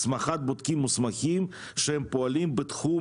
הסמכת בודקים מוסמכים שהם פועלים בתחום,